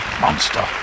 Monster